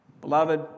Beloved